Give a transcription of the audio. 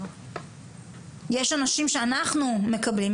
יש אנשים שאנחנו מקבלים,